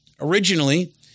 Originally